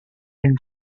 been